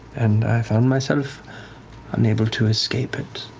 and i found myself unable to escape it.